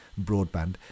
broadband